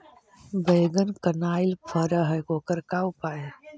बैगन कनाइल फर है ओकर का उपाय है?